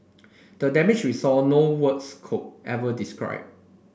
the damage we saw no words could ever describe